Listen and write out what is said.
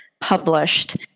published